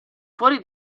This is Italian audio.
fuori